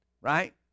Right